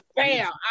Bam